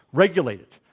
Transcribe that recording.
regulate it.